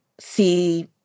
see